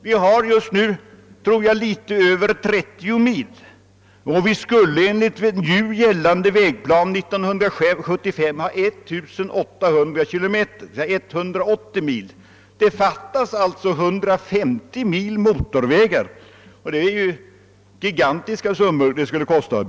Vi har just nu något över 30 mil motorväg, och vi skulle enligt nu gällande vägplan år 1975 ha 180 mil. Det fattas alltså 150 mil motorväg, och det skulle kosta gigantiska summor att bygga ut dessa mil.